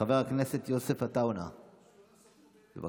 חבר הכנסת יוסף עטאונה, בבקשה.